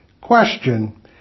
Question